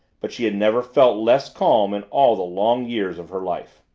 but she had never felt less calm in all the long years of her life.